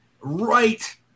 right